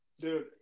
Dude